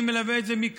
אני מלווה את זה מקרוב,